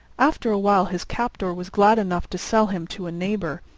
after a while his captor was glad enough to sell him to a neighbour,